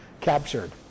captured